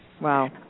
Wow